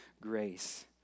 grace